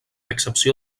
excepció